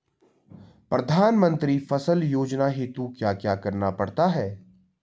प्रधानमंत्री फसल योजना हेतु क्या क्या करना पड़ता है?